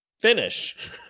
finish